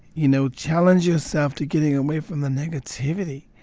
you know, challenge yourself to getting away from the negativity,